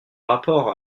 rapport